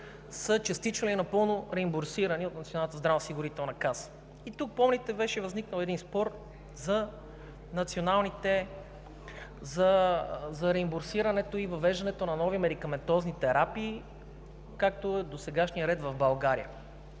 са частично или напълно реимбурсирани от Националната здравноосигурителна каса. Помните, тук беше възникнал спор за реимбурсирането и въвеждането на нови медикаментозни терапии, какъвто е досегашният ред в България.